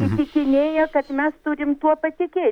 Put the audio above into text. įtikinėja kad mes turim tuo patikėti